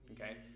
Okay